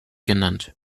genannt